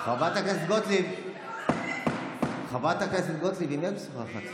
חברת הכנסת גוטליב, עם מי את משוחחת?